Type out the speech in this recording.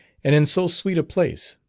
and in so sweet a place.